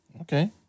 Okay